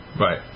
Right